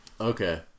Okay